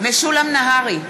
משולם נהרי,